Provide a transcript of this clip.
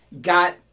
Got